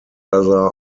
other